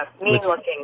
mean-looking